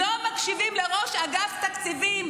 לא מקשיבים לראש אגף תקציבים,